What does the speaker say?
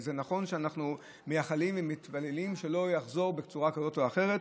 וזה נכון שאנחנו מייחלים ומתפללים שזה לא יחזור בצורה כזאת או אחרת,